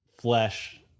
flesh